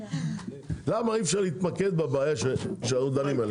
למה אי אפשר להתמקד בבעיה שאנחנו דנים עליה?